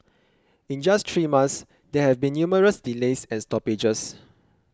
in just three months there have been numerous delays and stoppages